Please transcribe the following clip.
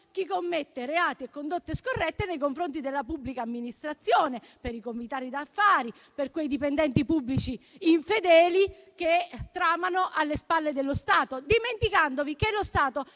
e mette in atto condotte scorrette nei confronti della pubblica amministrazione; per i comitati d'affari, per quei dipendenti pubblici infedeli che tramano alle spalle dello Stato, dimenticandovi che lo Stato